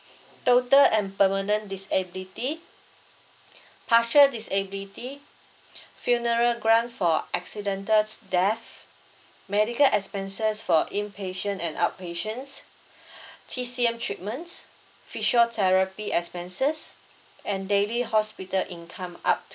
total and permanent disability partial disability funeral grant for accidental's death medical expenses for inpatient and outpatients T_C_M treatments physiotherapy expenses and daily hospital income up